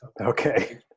Okay